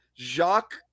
Jacques